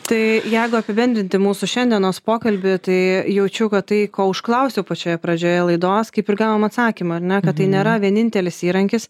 tai jeigu apibendrinti mūsų šiandienos pokalbį tai jaučiu kad tai ko užklausiau pačioje pradžioje laidos kaip ir gavom atsakymą ar ne kad tai nėra vienintelis įrankis